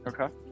Okay